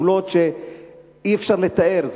בכפולות שאי-אפשר לתאר.